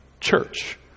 church